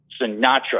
sinatra